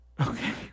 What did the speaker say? Okay